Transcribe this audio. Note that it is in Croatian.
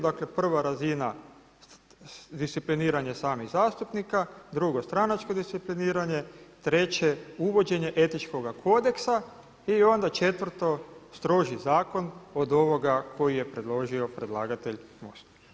Dakle, prva razina discipliniranost samih zastupnika, drugo stranačko discipliniranje, treće uvođenje etičkog kodeksa i onda četvrto stroži zakon od ovoga koji je predložio predlagatelj MOST.